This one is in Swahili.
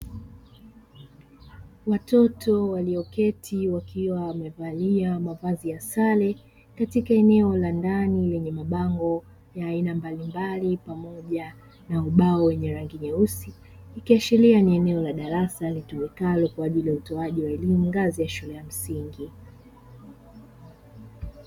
Watoto walioketi wakiwa wamevalia mavazi ya sare katika eneo la ndani lenye mabango ya aina mbalimbali pamoja na ubao wenye rangi nyeusi, ikiashiria ni eneo la darasa litumikalo kwa ajili ya utoaji wa elimu ngazi ya shule ya msingi.